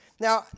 Now